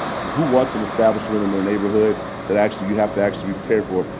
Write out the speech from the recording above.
who wants an establishment in their neighborhood that actually you have to actually be prepared for?